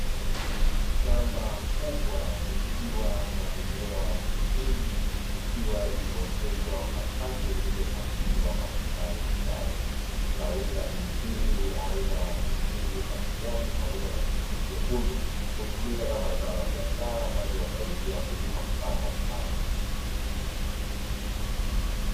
Shamba kubwa likiwa na mimea ya pilipili, ikiwa imeoteshwa kwa safu zilizopangiliwa kwa mistari mistari. Zao hili la pilipili, aina pilipili za kijani pamoja na pilipili nyekundu, hutumika kama zao la biashara, kwani wasaidia wakulima kupata kipato.